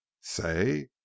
Say